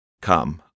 Come